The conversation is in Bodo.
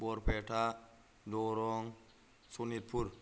बरपेटा दरं सनितपुर